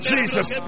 Jesus